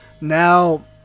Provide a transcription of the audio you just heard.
Now